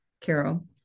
Carol